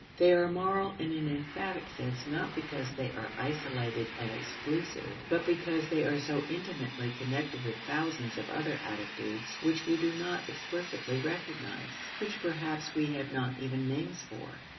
they are moral in an emphatic sense not because they are isolated and exclusive, but because they are so intimately connected with thousands of other attitudes which we do not explicitly recognize which perhaps we have not even names for.